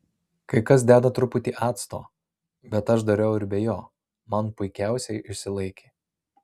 kai kas deda truputį acto bet aš dariau ir be jo man puikiausiai išsilaikė